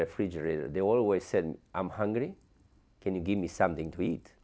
refrigerator they always said i'm hungry can you give me something to eat